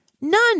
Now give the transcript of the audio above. None